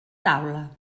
taula